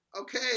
okay